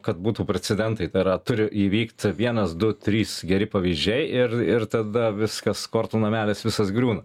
kad būtų precedentai tai yra turi įvykti vienas du trys geri pavyzdžiai ir ir tada viskas kortų namelis visas griūna